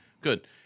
good